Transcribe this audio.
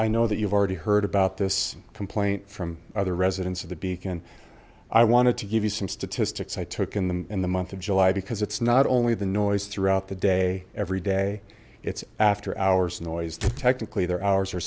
i know that you've already heard about this complaint from other residents of the beacon i wanted to give you some statistics i took in the month of july because it's not only the noise throughout the day every day it's after hours in the noise technically their hours